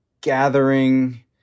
gathering